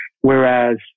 whereas